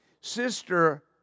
Sister